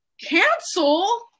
Cancel